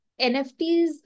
NFTs